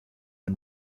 and